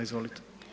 Izvolite.